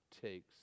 takes